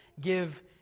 give